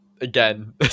again